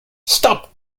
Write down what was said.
stop